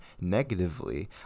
negatively